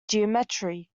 geometry